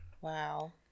Wow